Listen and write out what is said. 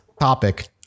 topic